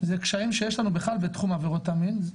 זה קשיים שיש לנו בכלל בתחום עבירות המין.